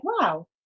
wow